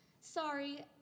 Sorry